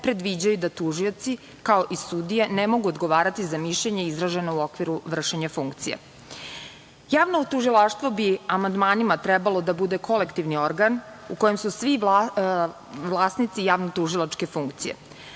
da tužioci kao i sudije, ne mogu odgovarati za mišljenje izraženo u okviru vršenja funkcija. Javno tužilaštvo bi, amandmanima trebalo da bude kolektivni organ u kojem su svi vlasnici javno tužilačke funkcije.